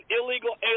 illegal